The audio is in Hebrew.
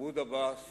ומחמוד עבאס